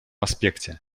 аспекте